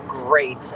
Great